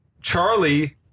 Charlie